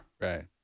Right